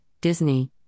disney